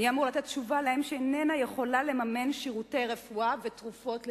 מי אמור לתת תשובה לאם שאיננה יכולה לממן שירותי רפואה ותרופות לילדיה?